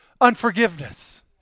Unforgiveness